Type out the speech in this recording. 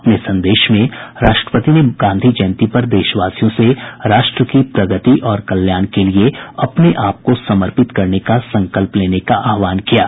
अपने संदेश में राष्ट्रपति ने गांधी जयंती पर देशवासियों से राष्ट्र की प्रगति और कल्याण के लिए अपने आप को समर्पित करने का संकल्प लेने का आहवान किया है